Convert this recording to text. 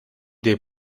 dei